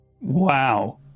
Wow